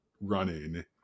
running